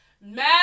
Mad